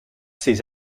ces